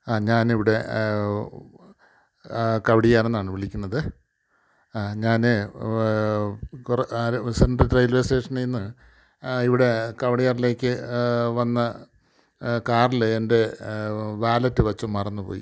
ആ ഞാൻ ഇവിടെ കവടിയാർ നിന്നാണ് വിളിക്കുന്നത് ഞാൻ കുറേ അര സെൻട്രൽ റെയിൽവേ സ്റ്റേഷനിൽ നിന്ന് ഇവിടെ കവടിയാറിലേക്ക് വന്ന കാറിൽ എൻ്റെ വാലറ്റ് വച്ചു മറന്നു പോയി